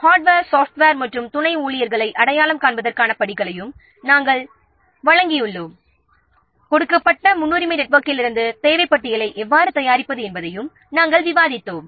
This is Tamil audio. ஹார்ட்வேர் சாப்ட்வேர் மற்றும் துணை ஊழியர்களை அடையாளம் காண்பதற்கான படிகளையும் நாம் வழங்கியுள்ளோம் கொடுக்கப்பட்ட முன்னுரிமை நெட்வொர்க்கிலிருந்து தேவைப்பட்டியலை எவ்வாறு தயாரிப்பது என்பதையும் நாம் விவாதித்தோம்